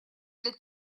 для